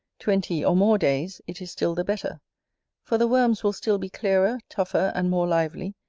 twenty, or more days, it is still the better for the worms will still be clearer, tougher, and more lively,